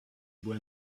bois